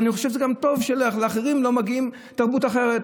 ואני חושב שזה גם טוב שאחרים לא מגיעים לתרבות אחרת.